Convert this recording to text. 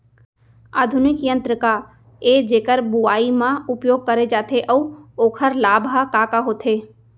आधुनिक यंत्र का ए जेकर बुवाई म उपयोग करे जाथे अऊ ओखर लाभ ह का का होथे?